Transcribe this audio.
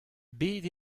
bet